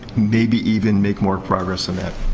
maybe even make more progress than that.